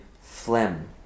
phlegm